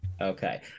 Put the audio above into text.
Okay